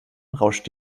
rauscht